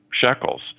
shekels